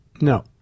no